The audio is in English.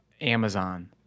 Amazon